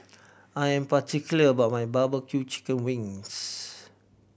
I'm particular about my barbecue chicken wings